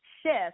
shift